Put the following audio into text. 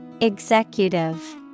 Executive